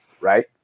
right